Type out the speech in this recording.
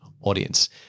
audience